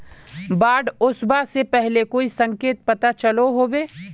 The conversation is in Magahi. बाढ़ ओसबा से पहले कोई संकेत पता चलो होबे?